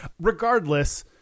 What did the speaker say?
regardless